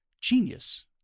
genius